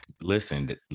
Listen